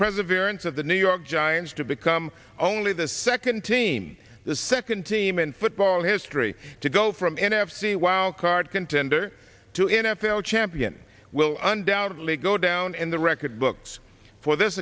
present variants of the new york giants to become only the second team the second team in football history to go from n f c wild card contender to n f l champion will undoubtedly go down in the record books for this